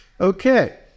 Okay